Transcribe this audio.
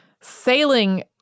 sailing